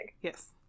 Yes